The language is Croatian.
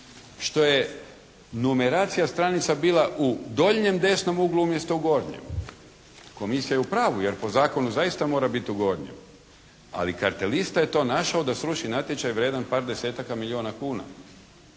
što je numeracija stranica bila u donjem desnom uglu umjesto u gornjem. Komisija je u pravu, jer po zakonu zaista mora biti u gornjem, ali kartelista je to našao da sruši natječaj vrijedan par desetaka milijona kuna.